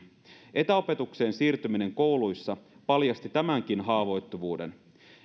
etäopetukseen siirtyminen kouluissa paljasti tämänkin haavoittuvuuden